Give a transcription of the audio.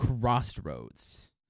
Crossroads